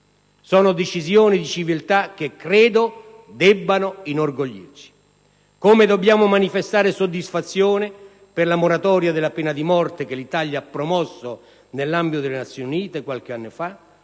Sono decisioni di civiltà che credo debbano inorgoglirci. Allo stesso modo, dobbiamo manifestare soddisfazione per la moratoria della pena di morte che l'Italia ha promosso nell'ambito delle Nazioni Unite qualche anno fa